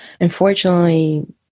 unfortunately